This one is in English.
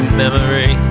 memory